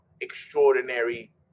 extraordinary